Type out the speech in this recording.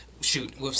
Shoot